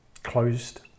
Closed